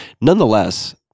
Nonetheless